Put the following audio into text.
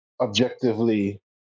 objectively